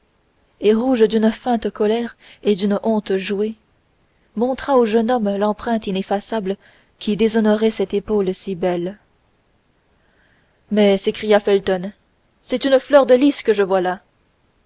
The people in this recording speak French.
et rouge d'une feinte colère et d'une honte jouée montra au jeune homme l'empreinte ineffaçable qui déshonorait cette épaule si belle mais s'écria felton c'est une fleur de lis que je vois là